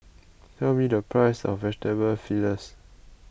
tell me the price of Vegetable